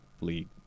league